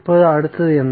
இப்போது அடுத்து என்ன